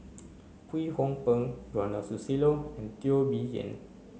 Kwek Hong Png Ronald Susilo and Teo Bee Yen